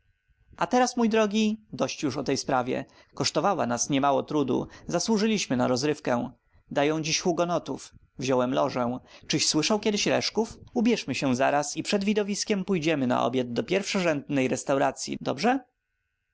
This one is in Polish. a teraz mój drogi dość już o tej sprawie kosztowała nas niemało trudu zasłużyliśmy na rozrywkę dziś dają hugonotów wziąłem lożę czyś słyszał kiedy reszków ubierzemy się zaraz i przed widowiskiem pojedziemy na obiad do pierwszorzędnej restauracyi dobrze